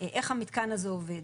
איך המתקן הזה עובד.